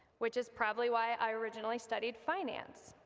which is probably why i originally studied finance.